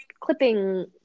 clipping